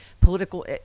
political